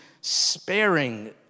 sparing